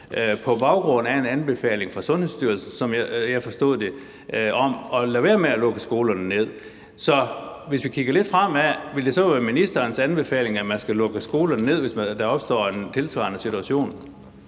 på baggrund af en anbefaling fra Sundhedsstyrelsen, som jeg forstod det, om at lade være med at lukke skolerne ned. Så hvis vi kigger lidt fremad, vil det så være ministerens anbefaling, at man skal lukke skolerne ned, hvis der opstår en tilsvarende situation?